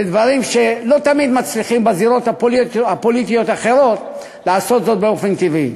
לדברים שלא תמיד מצליחים בזירות הפוליטיות האחרות לעשות באופן טבעי.